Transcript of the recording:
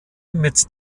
mit